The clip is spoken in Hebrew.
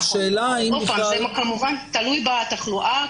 כמובן, זה תלוי בתחלואה.